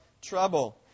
trouble